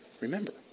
remember